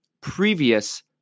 previous